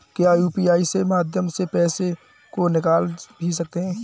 क्या यू.पी.आई के माध्यम से पैसे को निकाल भी सकते हैं?